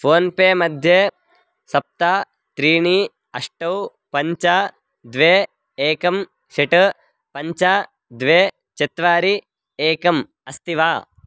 PhonePe मध्ये सप्त त्रीणि अष्टौ पञ्च द्वे एकं षट् पञ्च द्वे चत्वारि एकम् अस्ति वा